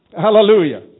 Hallelujah